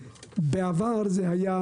בעבר זה היה